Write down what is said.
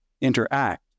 interact